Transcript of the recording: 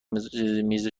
میز